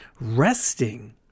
resting